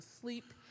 sleep